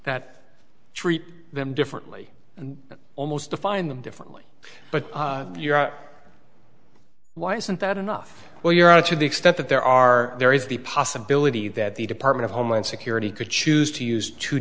that treat them differently and almost define them differently but you're out why isn't that enough well you're out to the extent that there are there is the possibility that the department of homeland security could choose to use two